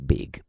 Big